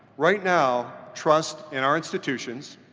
right now, trust in our institutions,